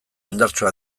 indartsuak